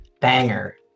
Banger